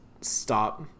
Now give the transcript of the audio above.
stop